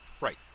Right